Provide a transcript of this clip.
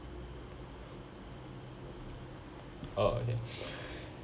oh okay